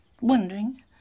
wondering